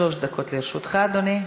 שלוש דקות לרשותך, אדוני.